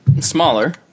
Smaller